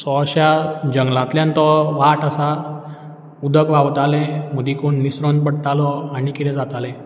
so अश्या जंगलातल्यान तो वाट आसा उदक व्हांवतालें मदीं कोण निसरोन पडटालो आनी कितें जातालें